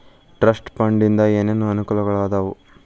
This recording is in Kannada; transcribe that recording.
ಟ್ರಸ್ಟ್ ಫಂಡ್ ಇಂದ ಏನೇನ್ ಅನುಕೂಲಗಳಾದವ